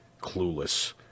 clueless